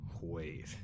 Wait